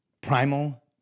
Primal